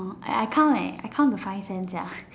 I count leh I count the five cents sia